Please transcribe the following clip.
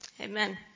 amen